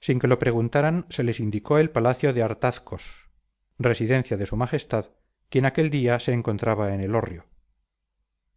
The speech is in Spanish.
sin que lo preguntaran se les indicó el palacio de artazcos residencia de su majestad quien aquel día se encontraba en elorrio